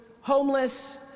homeless